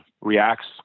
reacts